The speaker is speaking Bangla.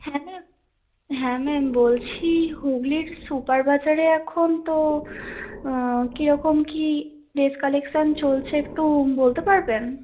হ্যাঁ ম্যাম হ্যাঁ ম্যাম বলছি হুগলির সুপারবাজারে এখন তো কী রকম কী ড্রেস কালেকশন চলছে একটু বলতে পারবেন